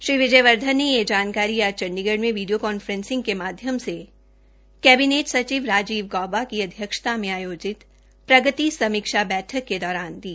श्री विजय वर्धन ने यह जानकारी आज चंडीगढ़ में वीडियो कॉन्फ्रेंसिंग के माध्यम से कैबिनेट सचिव राजीव गौबा की अध्यक्षता में आयोजित प्रगति समीक्षा बैठक के दौरान दी